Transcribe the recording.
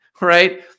right